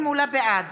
בעד